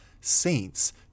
saints